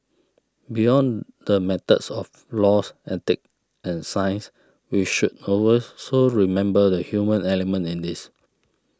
beyond the matters of laws ethics and science we should over also remember the human element in this